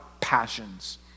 passions